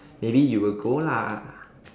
maybe you will go lah